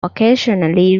occasionally